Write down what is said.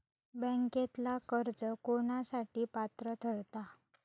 बँकेतला कर्ज कोणासाठी पात्र ठरता?